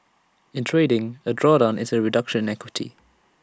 in trading A drawdown is A reduction in equity